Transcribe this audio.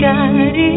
God